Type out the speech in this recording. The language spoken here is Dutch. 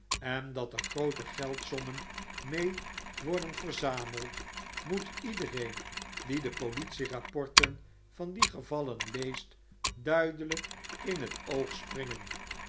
en dat er groote geldsommen mee worden verzameld moet iedereen die de politierapporten van die gevallen leest duidelp in het oog springen